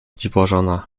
dziwożona